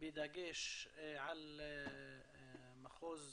בדגש על מחוז